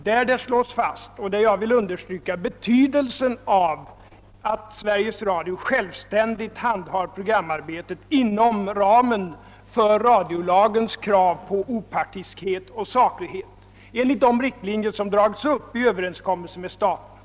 Där fastslås — och det vill jag understryka — betydelsen av att Sveriges Radio självständigt handhar programarbetet inom ramen för radiolagens krav på opartiskhet och saklighet enligt de riktlinjer som dragits upp i överenskommelsen med staten.